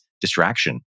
distraction